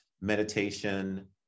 meditation